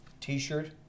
T-shirt